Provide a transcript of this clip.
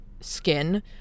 skin